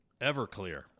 Everclear